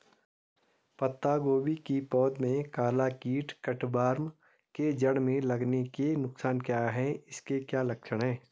पत्ता गोभी की पौध में काला कीट कट वार्म के जड़ में लगने के नुकसान क्या हैं इसके क्या लक्षण हैं?